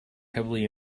heavily